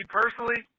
personally